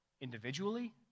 individually